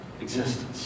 existence